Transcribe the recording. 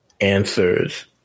answers